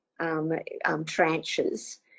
tranches